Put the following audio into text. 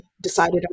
decided